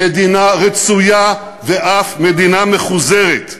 מדינה רצויה ואף מדינה מחוזרת.